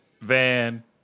Van